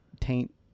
taint